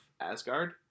Asgard